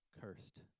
cursed